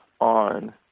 on